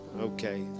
Okay